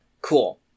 Cool